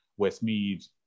Westmead